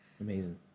Amazing